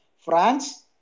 France